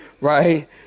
right